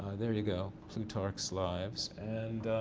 there you go, plutarch's lives and,